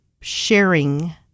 sharing